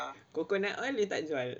coconut oil dia tak jual